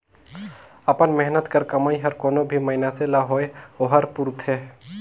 अपन मेहनत कर कमई हर कोनो भी मइनसे ल होए ओहर पूरथे